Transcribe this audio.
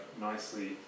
nicely